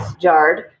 jarred